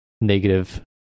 negative